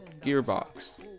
gearbox